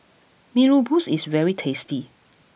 Mee Rebus is very tasty